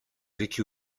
vécu